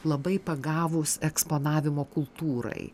labai pagavūs eksponavimo kultūrai